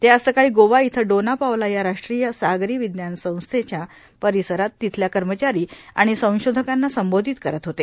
ते आज सकाळी गोवा इथं डोनापावला या राष्ट्रीय सागरी विज्ञान संस्थेच्या परिसरात तिथल्या कर्मचारी आणि संशोधकांना संबोधित करत होते